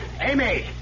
Amy